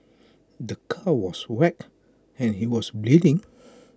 the car was wrecked and he was bleeding